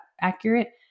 accurate